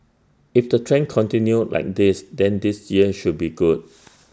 if the trend continues like this then this year should be good